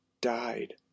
died